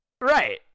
right